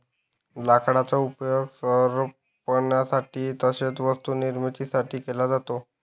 लाकडाचा उपयोग सरपणासाठी तसेच वस्तू निर्मिती साठी केला जातो